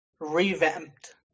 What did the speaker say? revamped